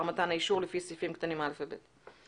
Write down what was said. מתן האישור לפי סעיפים קטנים (א) ו-(ב).